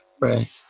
Right